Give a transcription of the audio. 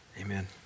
Amen